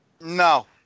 No